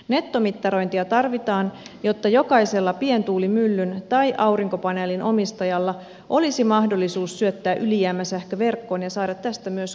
nettomittarointia tarvitaan jotta jokaisella pientuulimyllyn tai aurinkopaneelin omistajalla olisi mahdollisuus syöttää ylijäämäsähkö verkkoon ja saada tästä myös korvaus